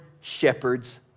shepherds